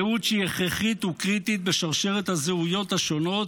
זהות שהיא הכרחית וקריטית בשרשרת הזהויות השונות